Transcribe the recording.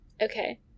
Okay